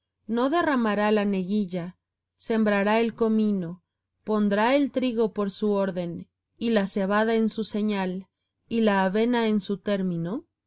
no derramará la neguilla sembrará el comino pondrá el trigo por su orden y la cebada en su señal y la avena en su término